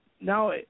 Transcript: now